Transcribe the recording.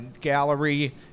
Gallery